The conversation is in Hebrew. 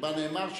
שבה נאמר,